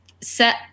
Set